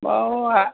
বাৰু আ